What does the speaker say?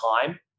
time